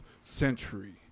century